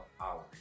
hours